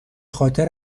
خاطر